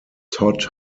todd